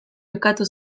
jokatu